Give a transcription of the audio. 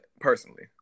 personally